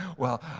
well,